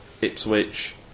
Ipswich